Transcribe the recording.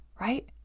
Right